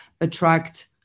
attract